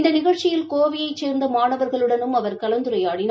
இந்த நிகழ்ச்சியில் கோவையைச் சேர்ந்த மாணவர்களுடனும் அவர் கலந்துரையாடினர்